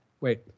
wait